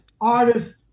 artist